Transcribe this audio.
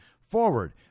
forward